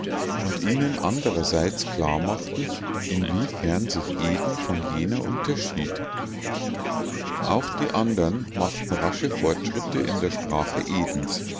und ihnen andererseits klar machten inwiefern sich eden von jener unterschied auch die andern machten rasche fortschritte in der sprache edens